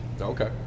Okay